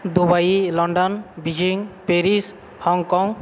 Dubai London Beijing Paris Hong Kong